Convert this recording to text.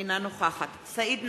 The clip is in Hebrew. אינה נוכחת סעיד נפאע,